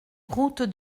route